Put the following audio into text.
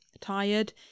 tired